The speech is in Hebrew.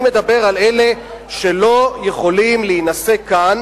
אני מדבר על אלה שלא יכולים להינשא כאן